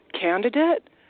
candidate